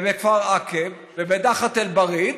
ובכפר עקב ובדחיית אל-בריד,